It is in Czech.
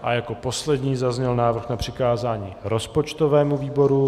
A jako poslední zazněl návrh na přikázání rozpočtovému výboru.